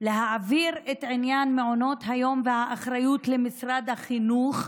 להעביר את האחריות למעונות היום למשרד החינוך,